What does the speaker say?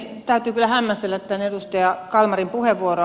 täytyy kyllä hämmästellä tämän edustaja kalmarin puheenvuoroa